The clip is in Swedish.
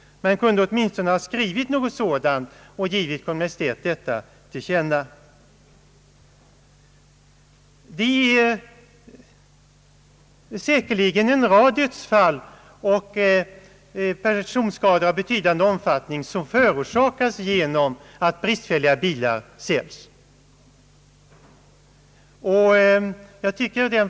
Man kunde åtminstone ha skrivit något sådant och givit Kungl. Maj:t detta till känna. En rad dödsfall och personskador av betydande omfattning har säkerligen förorsakats av att bristfälliga bilar säljs.